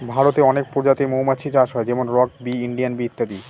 ভারতে অনেক প্রজাতির মৌমাছি চাষ হয় যেমন রক বি, ইন্ডিয়ান বি ইত্যাদি